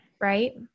right